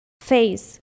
face